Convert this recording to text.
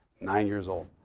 nine years old.